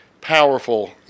powerful